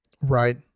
Right